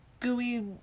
gooey